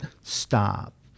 stop